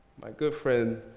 my good friend,